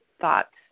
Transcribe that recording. thoughts